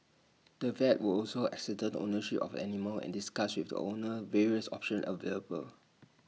the vet would also ascertain ownership of animal and discuss with the owner various options available